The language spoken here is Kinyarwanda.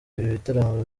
ibitaramo